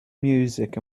music